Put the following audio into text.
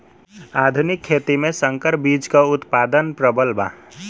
आधुनिक खेती में संकर बीज क उतपादन प्रबल बा